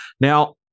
Now